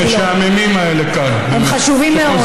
המשעממים האלה כאן, הם חשובים מאוד.